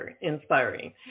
inspiring